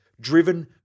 driven